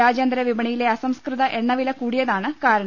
രാജ്യാന്തര വിപണിയിലെ അസം സ്കൃത എണ്ണ വില കൂടിയതാണ് കാരണം